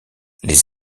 les